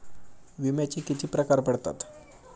विम्याचे किती प्रकार पडतात?